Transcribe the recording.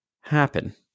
happen